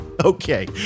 Okay